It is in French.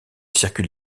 circule